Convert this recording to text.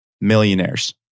millionaires